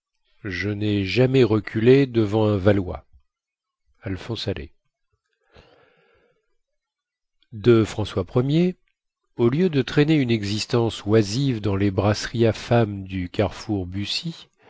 de françois ier au lieu de traîner une existence oisive dans les brasseries à femmes du carrefour buci